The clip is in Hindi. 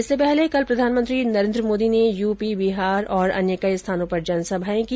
इससे पहले कल प्रधानमंत्री नरेन्द्र मोदी ने यूपी बिहार और अन्य कई स्थानों पर जनसभाएं की